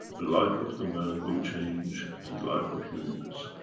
the life of the man will change to the life of universe.